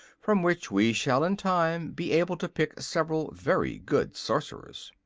from which we shall in time be able to pick several very good sorcerers.